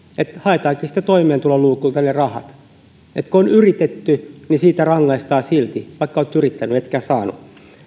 että haetaankin sitten toimeentuloluukulta ne rahat kun on yritetty niin siitä rangaistaan silti vaikka olet yrittänyt etkä saanut